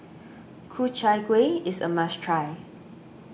Ku Chai Kuih is a must try